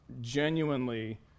genuinely